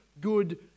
good